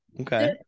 okay